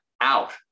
out